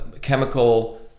chemical